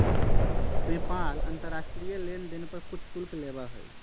PayPal अंतर्राष्ट्रीय लेनदेन पर कुछ शुल्क लेबा हई